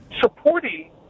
supporting